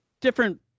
Different